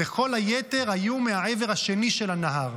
וכל היתר היו מהעבר השני של הנהר.